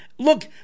look